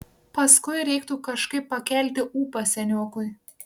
paskui reiktų kažkaip pakelti ūpą seniokui